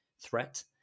threat